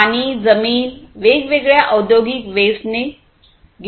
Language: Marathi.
पाणी जमीन वेगवेगळ्या औद्योगिक वेस्टने घेऊन जाईल